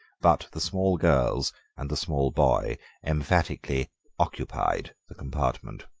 but the small girls and the small boy emphatically occupied the compartment.